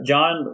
John